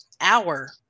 hour